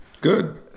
Good